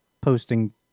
posting